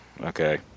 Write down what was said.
Okay